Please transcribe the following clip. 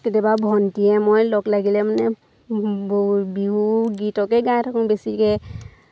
কেতিয়াবা ভণ্টীয়ে মই লগ লাগিলে মানে ব বিহু গীতকে গাই থাকোঁ বেছিকৈ